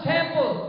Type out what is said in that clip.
Temple